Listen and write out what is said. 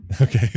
Okay